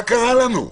מה קרה לנו?